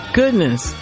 goodness